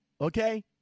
okay